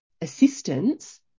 assistance